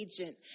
agent